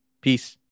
peace